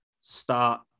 start